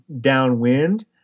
downwind